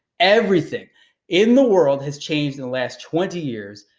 everything in the world has changed in the last twenty years.